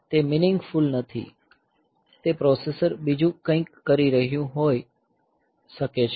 તે મિનીંગફૂલ નથી તે પ્રોસેસર બીજું કંઈક કરી રહ્યું હોઈ શકે છે